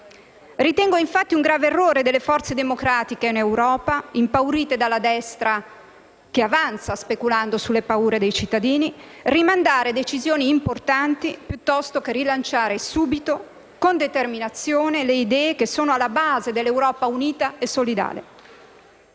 Ritengo, infatti, un grave errore delle forze democratiche in Europa, impaurite dalla destra che avanza speculando sulle paure dei cittadini, rimandare decisioni importanti piuttosto che rilanciare subito, con determinazione, le idee che sono alla base dell'Europa unita e solidale.